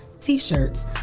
T-shirts